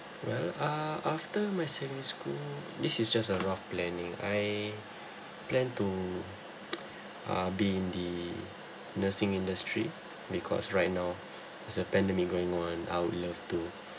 well uh after my semi school this is just a rough planning I plan to uh be in the nursing industry because right now there's a pandemic going on I'd love to